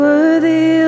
Worthy